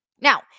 Now